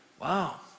wow